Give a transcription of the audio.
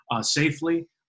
safely